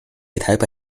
台北